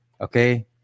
Okay